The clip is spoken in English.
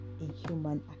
inhuman